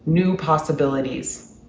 new possibilities,